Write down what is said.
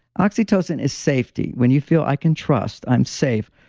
oxytocin is safety. when you feel i can trust, i'm safe,